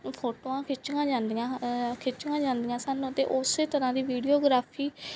ਫੋਟੋਆਂ ਖਿੱਚੀਆਂ ਜਾਂਦੀਆਂ ਖਿੱਚੀਆਂ ਜਾਂਦੀਆਂ ਸਨ ਅਤੇ ਉਸੇ ਤਰ੍ਹਾਂ ਦੀ ਵੀਡੀਓਗ੍ਰਾਫੀ